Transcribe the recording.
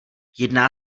jedná